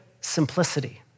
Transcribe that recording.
simplicity